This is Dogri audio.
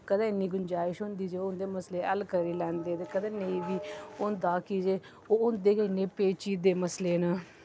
कदें इन्नी गुंजाइश होंदी चलो उं'दे मसले हल करी लैंदे ते कदें नेईं बी होंदा की जे ओह् होंदे गै इन्ने पेचीदे मसले न